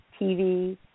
TV